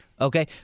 okay